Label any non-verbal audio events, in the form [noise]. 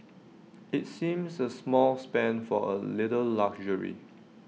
[noise] IT seems A small spend for A little luxury